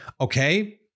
Okay